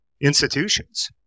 institutions